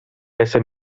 ese